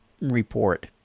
report